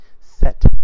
set